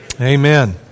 Amen